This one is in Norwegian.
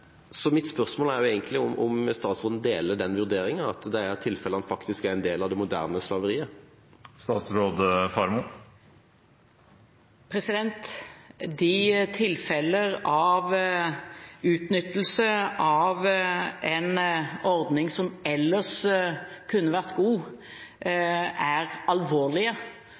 om statsråden deler den vurderingen, at en del av tilfellene faktisk er en del av det moderne slaveriet? De tilfeller av utnyttelse av en ordning som ellers kunne vært god, er alvorlige.